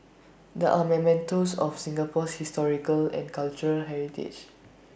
they are mementos of Singapore's historical and cultural heritage